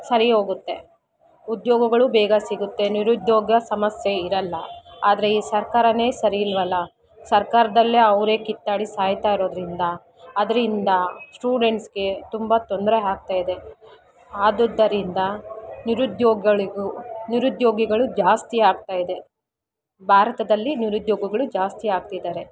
ಸರಿ ಹೋಗುತ್ತೆ ಉದ್ಯೋಗಗಳು ಬೇಗ ಸಿಗುತ್ತೆ ನಿರುದ್ಯೋಗ ಸಮಸ್ಯೆ ಇರಲ್ಲ ಆದರೆ ಈ ಸರ್ಕಾರವೇ ಸರಿಯಿಲ್ವಲ್ಲ ಸರ್ಕಾರದಲ್ಲೇ ಅವರೇ ಕಿತ್ತಾಡಿ ಸಾಯ್ತಾಯಿರೋದರಿಂದ ಅದರಿಂದ ಸ್ಟೂಡೆಂಟ್ಸ್ಗೆ ತುಂಬ ತೊಂದರೆ ಆಗ್ತಾಯಿದೆ ಆದ್ದರಿಂದ ನಿರುದ್ಯೋಗಿಗಳ್ಗು ನಿರುದ್ಯೋಗಿಗಳು ಜಾಸ್ತಿ ಆಗ್ತಾಯಿದೆ ಭಾರತದಲ್ಲಿ ನಿರುದ್ಯೋಗಿಗಳು ಜಾಸ್ತಿ ಆಗ್ತಿದ್ದಾರೆ